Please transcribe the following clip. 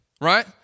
right